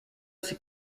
ces